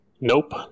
Nope